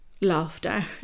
laughter